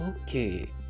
okay